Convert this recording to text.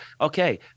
okay